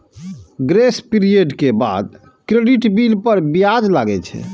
grace period के बाद credit bill पर ब्याज लागै छै